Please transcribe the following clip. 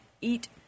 Eat